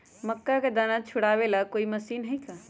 मक्का के दाना छुराबे ला कोई मशीन हई का?